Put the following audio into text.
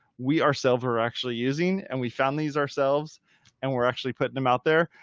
we ourselves are actually using, and we found these ourselves and we're actually putting them out there.